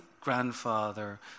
grandfather